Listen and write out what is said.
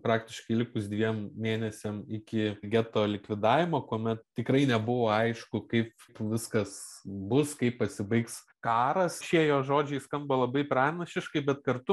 praktiškai likus dviem mėnesiam iki geto likvidavimo kuomet tikrai nebuvo aišku kaip viskas bus kai pasibaigs karas šie jo žodžiai skamba labai pranašiškai bet kartu